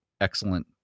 excellent